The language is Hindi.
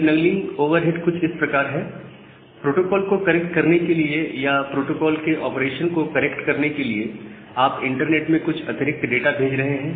सिगनलिंग ओवरहेड कुछ इस प्रकार है प्रोटोकॉल को करेक्ट करने के लिए या प्रोटोकॉल के ऑपरेशन को करेक्ट करने के लिए आप इंटरनेट में कुछ अतिरिक्त डेटा भेज रहे हैं